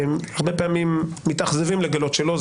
והרבה פעמים מתאכזבים לגלות שלא.